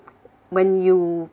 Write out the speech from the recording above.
when you